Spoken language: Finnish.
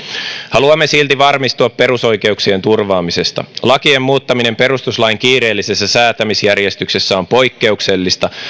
haluamme silti varmistua perusoikeuksien turvaamisesta lakien muuttaminen perustuslain kiireellisessä säätämisjärjestyksessä on poikkeuksellista